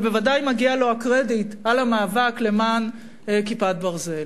אבל בוודאי מגיע לו הקרדיט על המאבק למען "כיפת ברזל".